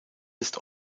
ist